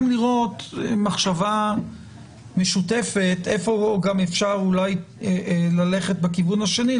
לראות מחשבה משותפת איפה אפשר אולי ללכת בכיוון השני,